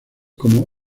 como